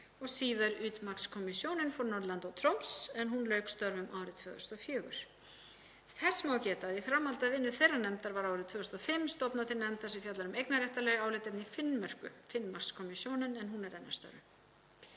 og síðar Utmarkskommisjonen for Nordland og Troms en hún lauk störfum árið 2004. Þess má geta að í framhaldi af vinnu þeirrar nefndar var árið 2005 stofnað til nefndar sem fjallar um eignarréttarleg álitaefni í Finnmörku, Finnmarkskommisjonen, en hún er enn að störfum.